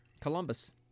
Columbus